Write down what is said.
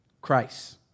Christ